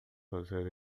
fazer